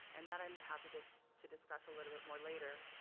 and that i'm happy to to discuss a little bit more later